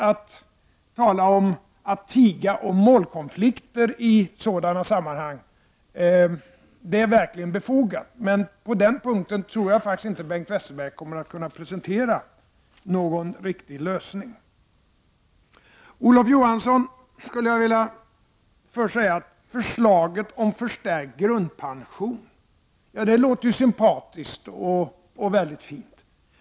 Att tala om att tiga om målkonflikter i sådana sammanhang är verkligen befogat, men på den punkten tror jag inte att Bengt Westerberg kommer att kunna presentera någon riktig lösning. Till Olof Johansson skulle jag först vilja säga att förslaget om förstärkt grundpension låter sympatiskt och mycket fint.